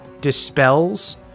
dispels